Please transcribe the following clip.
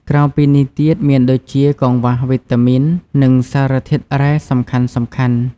ក្រៅពីនេះទៀតមានដូចជា កង្វះវីតាមីន និងសារធាតុរ៉ែសំខាន់ៗ ។